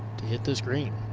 to hit this green.